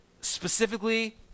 specifically